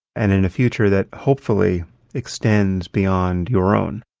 and in a future that hopefully extends beyond your own.